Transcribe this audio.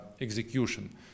execution